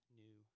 new